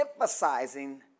emphasizing